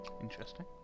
Interesting